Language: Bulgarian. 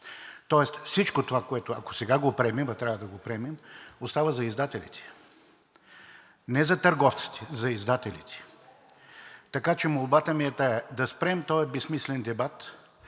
Тоест всичко това, което, ако сега го приемем, а трябва да го приемем, остава за издателите. Не за търговците – за издателите. Така че молбата ми е тази – да спрем този безсмислен дебат.